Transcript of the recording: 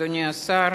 אדוני השר,